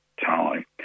time